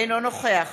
אינו נוכח